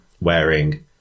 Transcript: wearing